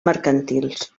mercantils